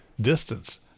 distance